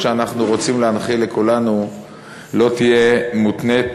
שאנחנו רוצים להנחיל לכולנו לא תהיה מותנית,